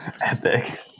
Epic